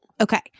Okay